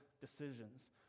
decisions